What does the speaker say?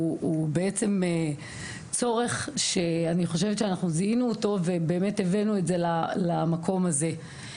בעצם צורך שאני חושבת שאנחנו זיהנו אותו ובאמת הבאנו את זה למקום הזה.